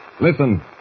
Listen